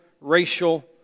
racial